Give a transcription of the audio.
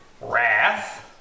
Wrath